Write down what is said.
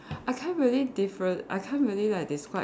I can't really differen~ I can't really like describe